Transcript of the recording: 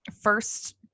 first